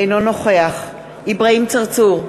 אינו נוכח אברהים צרצור,